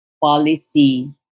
policy